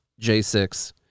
J6